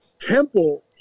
Temple –